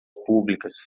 públicas